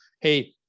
Hey